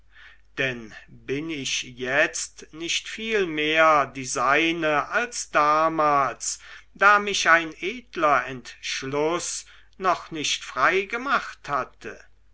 denn bin ich jetzt nicht viel mehr die seine als damals da mich ein edler entschluß noch nicht frei gemacht hatte